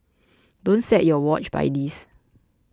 don't set your watch by this